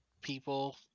people